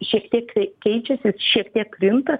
šiek tiek keičiasi ir šiek tiek krinta